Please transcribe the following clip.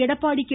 Edappadi K